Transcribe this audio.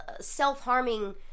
self-harming